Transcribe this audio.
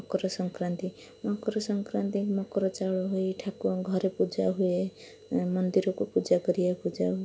ମକରସଂକ୍ରାନ୍ତି ମକରସଂକ୍ରାନ୍ତି ମକର ଚାଉଳ ହୋଇ ଠାକୁରଘରେ ପୂଜା ହୁଏ ମୁଁ ମନ୍ଦିରକୁ ପୂଜା କରିବାକୁ ଯାଉ